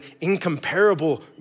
incomparable